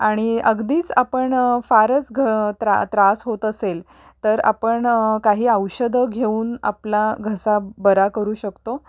आणि अगदीच आपण फारच घ त्रास होत असेल तर आपण काही औषधं घेऊन आपला घसा बरा करू शकतो